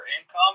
income